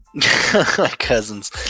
Cousins